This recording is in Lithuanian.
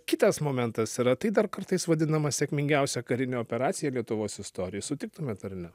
kitas momentas yra tai dar kartais vadinama sėkmingiausia karine operacija lietuvos istorijoj sutiktumėt ar ne